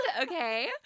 Okay